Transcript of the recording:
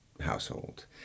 household